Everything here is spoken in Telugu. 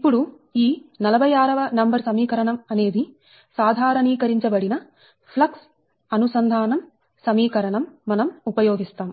ఇప్పుడు ఈ 46 వ సమీకరణం అనేది సాధారణీకరించబడిన ఫ్లక్స్ అనుసంధానంలింకేజీ linkages సమీకరణం మనం ఉపయోగిస్తాం